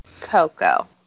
Coco